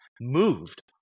moved